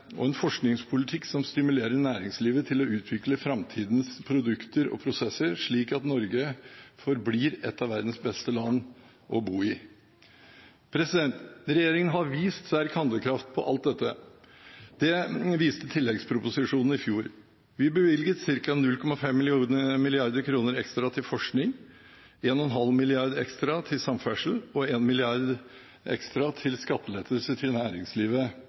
og en forskningspolitikk som stimulerer næringslivet til å utvikle framtidas produkter og prosesser, slik at Norge forblir et av verdens beste land å bo i. Regjeringen har vist sterk handlekraft på alt dette. Det viste tilleggsproposisjonen i fjor. Vi bevilget ca. 0,5 mrd. kr ekstra til forskning, 1,5 mrd. kr ekstra til samferdsel og 1 mrd. kr ekstra til skattelettelser til næringslivet